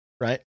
right